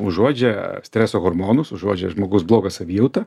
užuodžia streso hormonus užuodžia žmogus blogą savijautą